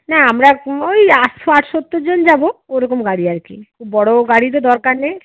না আমরা ওই আটশো আট সত্তর জন যাবো ওরকম গাড়ি আর কি বড়ো গাড়ি তো দরকার নেই